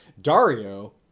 Dario